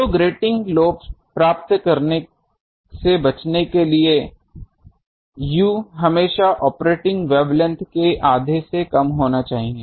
तो grating lobe प्राप्त करने से बचने के लिए u हमेशा ऑपरेटिंग वेवलेंथ के आधे से कम होना चाहिए